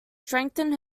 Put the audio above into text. strengthen